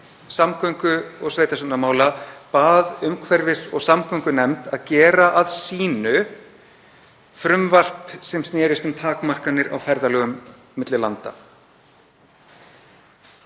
samgöngu- og sveitarstjórnarmála bað umhverfis- og samgöngunefnd að gera að sínu frumvarp sem snerist um takmarkanir á ferðalögum milli landa.